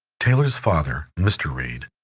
taylor's father, mr. reid,